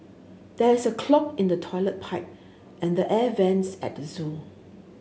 there is a clog in the toilet pipe and the air vents at the zoo